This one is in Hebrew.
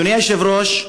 אדוני היושב-ראש,